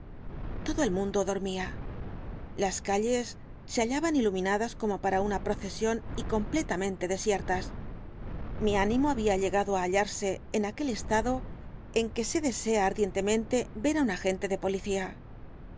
todo el mundo dormía las calles se hallaban iluminadas como para una procesión y completamente desiertas mi ánimo había llegado á hallarse en aquel estado en que se desea historia de la puerta h ardientemente ver á un agente de policía